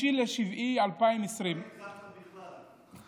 לא הגזמת בכלל,